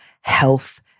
health